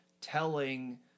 telling